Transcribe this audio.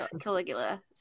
Caligula